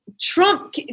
Trump